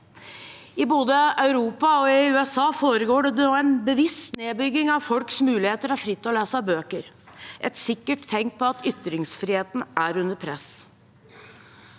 I både Europa og USA foregår det nå en bevisst nedbygging av folks mulighet til fritt å lese bøker, et sikkert tegn på at ytringsfriheten er under press.